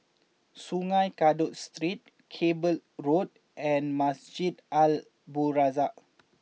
Sungei Kadut Street Cable Road and Masjid Al Abdul Razak